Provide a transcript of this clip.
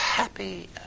Happy